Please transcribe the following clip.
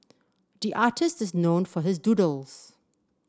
the artist is known for his doodles